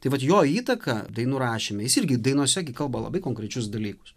tai vat jo įtaką dainų rašyme jis irgi dainose gi kalba labai konkrečius dalykus